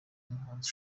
umuhanzi